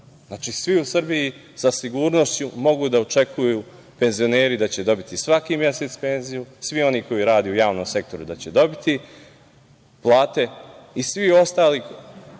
Znači, svi u Srbiji sa sigurnošću mogu da očekuju penzioneri da će dobiti svaki mesec penziju, svi oni koji rade u javnom sektoru da će dobiti plate i sve ostale